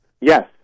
Yes